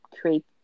create